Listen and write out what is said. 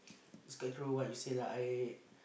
is quite true what you say lah I